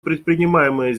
предпринимаемые